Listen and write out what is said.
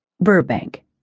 Burbank